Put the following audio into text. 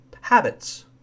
habits